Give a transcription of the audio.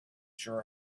sure